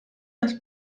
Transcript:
das